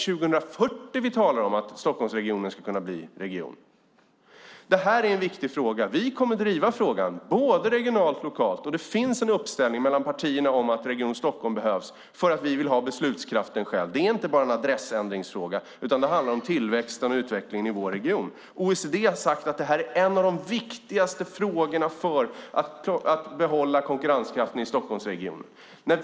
Talar vi om att Stockholmsregionen ska kunna bli en region 2040? Det här är en viktig fråga. Vi kommer att driva frågan både regionalt och lokalt. Det finns en uppslutning inom partierna om att Region Stockholm behövs eftersom vi vill ha beslutskraften själva. Det är inte bara en adressändringsfråga, utan det handlar om tillväxten och utvecklingen i vår region. OECD har sagt att detta är en av de viktigaste frågorna för att behålla konkurrenskraften i Stockholmsregionen.